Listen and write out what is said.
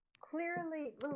clearly